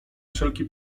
wszelki